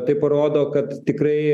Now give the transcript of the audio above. tai parodo kad tikrai